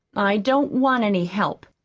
i don't want any help.